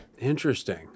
interesting